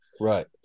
right